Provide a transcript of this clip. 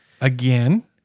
Again